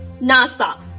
NASA